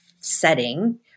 setting